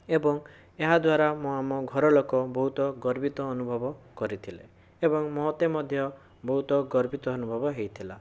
ଏବଂ ଏହାଦ୍ଵାରା ମୁଁ ଆମ ଘରଲୋକ ବହୁତ ଗର୍ବିତ ଅନୁଭବ କରିଥିଲେ ଏବଂ ମୋତେ ମଧ୍ୟ ବହୁତ ଗର୍ବିତ ଅନୁଭବ ହୋଇଥିଲା